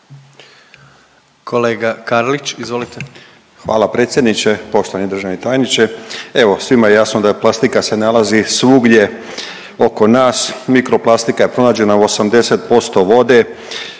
Kolega Karlić izvolite.